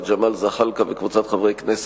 של חבר הכנסת ג'מאל זחאלקה וקבוצת חברי הכנסת,